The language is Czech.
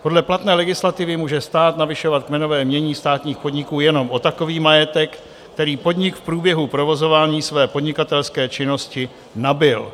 Podle platné legislativy může stát navyšovat kmenové jmění státních podniků jenom o takový majetek, který podnik v průběhu provozování své podnikatelské činnosti nabyl.